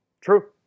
True